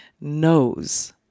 knows